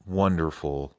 wonderful